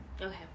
Okay